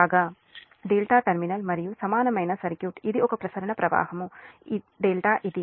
బాగా ∆ టెర్మినల్ మరియు సమానమైన సర్క్యూట్ ఇది ఒక ప్రసరణ ప్రవాహం ∆ ఇది